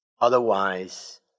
Otherwise